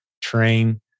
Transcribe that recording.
train